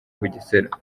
bugesera